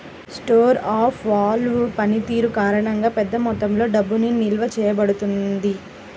store of value పనితీరు కారణంగా, పెద్ద మొత్తంలో డబ్బు నిల్వ చేయబడుతుంది